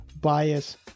bias